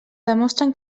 demostren